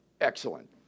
Excellent